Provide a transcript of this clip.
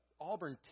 Auburn